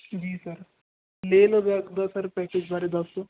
ਜੀ ਸਰ ਲੇਹ ਲੱਦਾਖ ਦਾ sir package ਬਾਰੇ ਦੱਸ ਦਿਓ